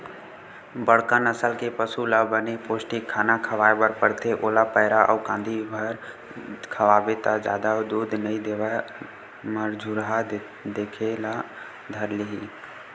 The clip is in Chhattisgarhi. बड़का नसल के पसु ल बने पोस्टिक खाना खवाए बर परथे, ओला पैरा अउ कांदी भर खवाबे त जादा दूद नइ देवय मरझुरहा दिखे ल धर लिही